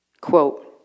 quote